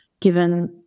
given